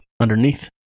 underneath